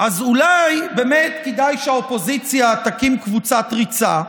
אז אולי באמת כדאי שהאופוזיציה תקים קבוצת ריצה,